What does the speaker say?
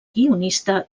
guionista